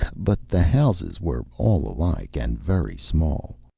but the houses were all alike and very small.